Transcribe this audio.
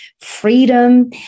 freedom